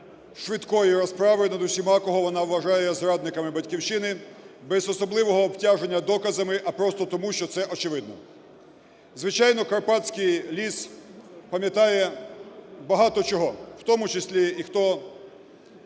швидкої розправи над усіма, кого вона вважає зрадниками Батьківщини без особливого обтяження доказами, а просто тому, що це очевидно. Звичайно, карпатський ліс пам'ятає багато чого, в тому числі і хто,